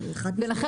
או שכן-כן,